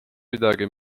midagi